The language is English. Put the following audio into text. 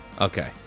Okay